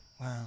Wow